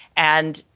and,